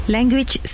Language